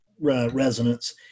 resonance